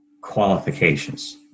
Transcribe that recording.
qualifications